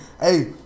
hey